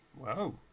Whoa